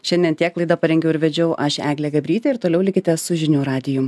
šiandien tiek laidą parengiau ir vedžiau aš eglė gabrytė ir toliau likite su žinių radiju